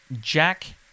Jack